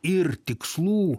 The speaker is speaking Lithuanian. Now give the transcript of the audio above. ir tikslų